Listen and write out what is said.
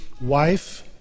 wife